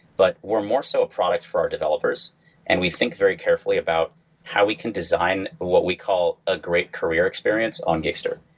but we're more so a product for developers and we think very carefully about how we can design what we call a great career experience on gigster.